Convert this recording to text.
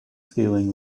scaling